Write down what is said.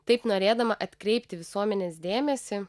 taip norėdama atkreipti visuomenės dėmesį